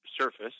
surface